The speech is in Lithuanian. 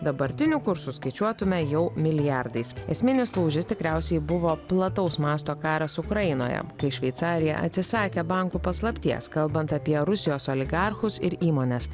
dabartiniu kursu skaičiuotume jau milijardais esminis lūžis tikriausiai buvo plataus masto karas ukrainoje kai šveicarija atsisakė bankų paslapties kalbant apie rusijos oligarchus ir įmones